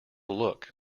look